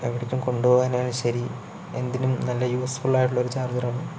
എവിടേക്കും കൊണ്ടുപോകാനാണേലും ശെരി എന്തിനും നല്ല യൂസ് ഫുള്ളായിട്ടുള്ള ഒരു ചാർജ്ജറാണ്